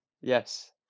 Yes